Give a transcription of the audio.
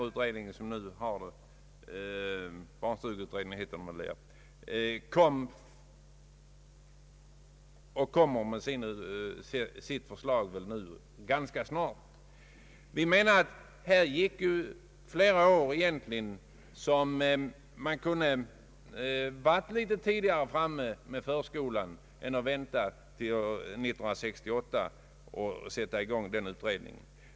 Utredningen väntas komma med sitt förslag inom en ganska snar framtid, men flera år har förspillts. Man hade hunnit längre i arbetet, om det inte hade dröjt ända till 1968 innan utredningen satte i gång.